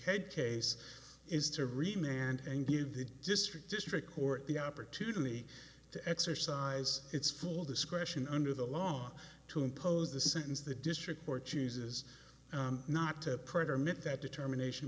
head case is to remain and give the district district court the opportunity to exercise its full discretion under the law to impose the sentence the district court chooses not to permit that determination